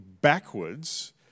backwards